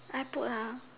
I put ah